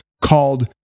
called